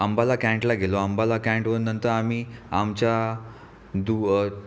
अंबाला कॅन्टला गेलो अंबाला कॅन्टवरून नंतर आम्ही आमच्या दु